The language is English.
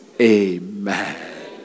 Amen